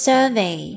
Survey